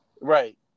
Right